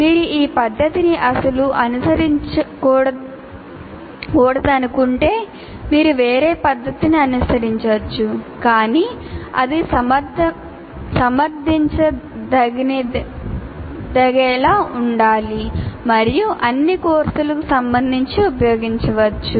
మీరు ఈ పద్ధతిని అస్సలు అనుసరించకూడదనుకుంటే మీరు వేరే పద్ధతిని అనుసరించవచ్చు కానీ అది సమర్థించదగినదిగా ఉండాలి మరియు అన్ని కోర్సులకు సంబంధించి ఉపయోగించవచ్చు